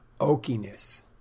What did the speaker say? oakiness